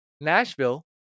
nashville